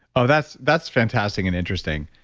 ah that's that's fantastic and interesting.